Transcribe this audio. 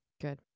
Good